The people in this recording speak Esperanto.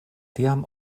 tiam